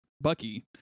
Bucky